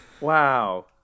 wow